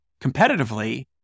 competitively